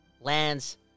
lands